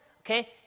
okay